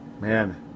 Man